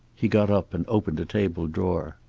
he got up and opened a table drawer.